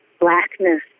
blackness